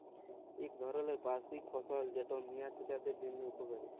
ইক ধরলের বার্ষিক ফসল যেট মিয়া ছিলাদের জ্যনহে উপকারি